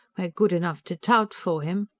we're good enough to tout for him.